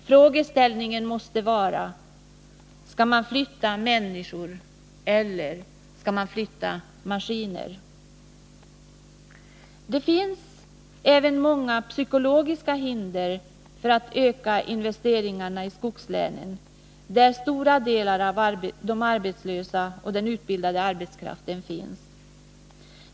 Frågeställningen måste vara: Skall man flytta människor eller maskiner? Det finns även många psykologiska hinder för att öka investeringarna i skogslänen, där stora delar av de arbetslösa och den utbildade arbetskraften finns.